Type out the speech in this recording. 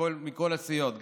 מכל הסיעות,